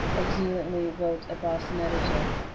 exultantly wrote a boston editor.